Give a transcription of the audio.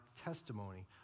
testimony